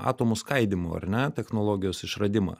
atomų skaidymo ar ne technologijos išradimą